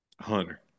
Hunter